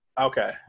Okay